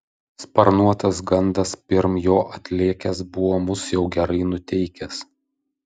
sparnuotas gandas pirm jo atlėkęs buvo mus jau gerai nuteikęs